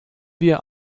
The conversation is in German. wir